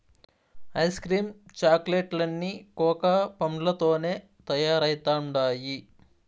ice cream chocolate లన్నీ cocoa పండ్లతోనే తయారైతండాయి